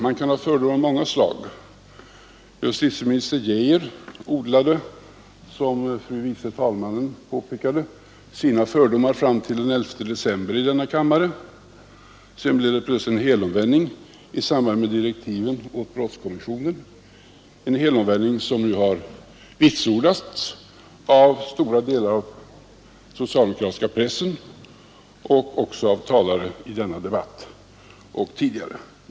Man kan ha fördomar av många slag. Justitie er odlade, som fru vice talmannen påpekade, sina fördomar fram till den 11 december i denna kammare. Sedan blev det plötsligt en helomvändning i samband med direktiven till brottskommissionen, en helomvändning som har vitsordats av stora delar av den socialdemokratiska pressen, av talare i denna debatt och även tidigare.